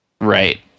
right